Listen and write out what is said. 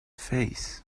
face